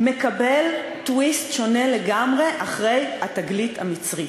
מקבל טוויסט שונה לגמרי אחרי התגלית המצרית.